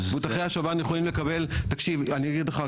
אני אגיד לך,